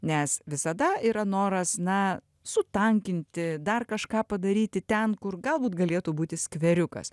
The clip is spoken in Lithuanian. nes visada yra noras na sutankinti dar kažką padaryti ten kur galbūt galėtų būti skveriukas